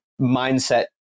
mindset